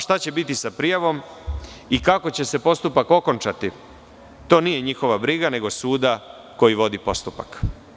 Šta će biti sa prijavom i kako će se postupak okončati, to nije njihova briga, nego suda koji vodi postupak.